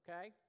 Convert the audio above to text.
okay